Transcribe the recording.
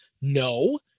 no